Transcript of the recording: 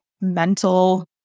mental